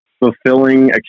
fulfilling